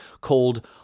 called